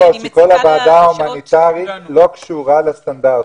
שכל הוועדה ההומניטרית לא קשורה לסטנדרטים.